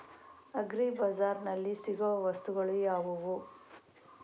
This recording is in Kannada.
ಅಗ್ರಿ ಬಜಾರ್ನಲ್ಲಿ ಸಿಗುವ ವಸ್ತುಗಳು ಯಾವುವು?